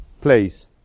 place